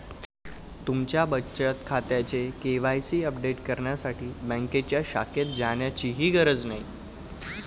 तुमच्या बचत खात्याचे के.वाय.सी अपडेट करण्यासाठी बँकेच्या शाखेत जाण्याचीही गरज नाही